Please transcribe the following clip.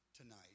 tonight